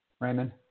Raymond